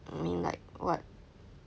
I mean like what